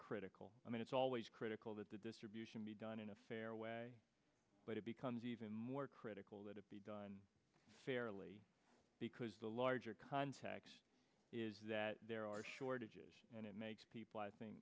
critical i mean it's always critical that the distribution be done in a fair way but it becomes even more critical that it be done fairly because the larger context is that there are shortages and it makes people